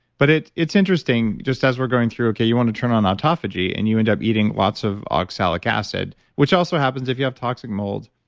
but it's it's interesting just as we're going through, okay, you want to turn on autophagy, and you end up eating lots of oxalic acid, which also happens if you have toxic molds,